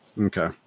Okay